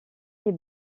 est